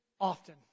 often